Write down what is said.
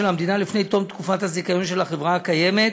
המדינה לפני תום תקופת הזיכיון של החברה הקיימת